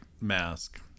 mask